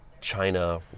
china